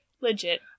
Legit